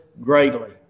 greatly